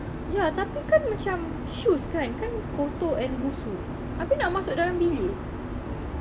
ya tapi kan macam shoes kan kan kotor and busuk abeh nak masuk dalam bilik